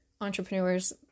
entrepreneurs